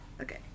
Okay